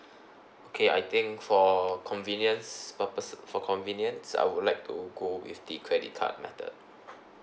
okay I think for convenience purpose for convenience I would like to go with the credit card method